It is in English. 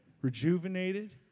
rejuvenated